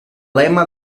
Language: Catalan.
lema